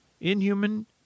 Inhuman